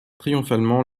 triomphalement